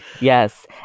Yes